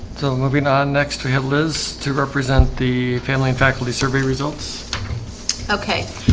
so moving on next to hit liz to represent the family and faculty survey results okay,